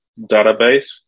database